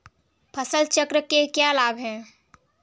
फसल चक्र के क्या लाभ हैं?